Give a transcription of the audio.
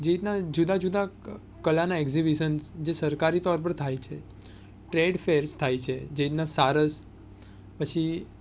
જે રીતના જુદા જુદા કલાના એક્ઝિબિશન જે સરકારી તોર પર થાય છે ટ્રેડ ફેર્સ થાય છે જેવી રીતના સારસ પછી